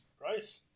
price